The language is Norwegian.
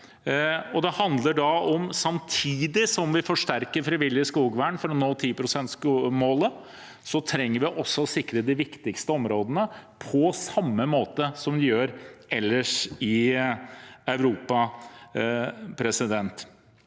samtidig som vi forsterker det frivillige skogvernet for å nå 10-prosentmålet, trenger vi også å sikre de viktigste områdene på samme måte som de gjør ellers i Europa. Jeg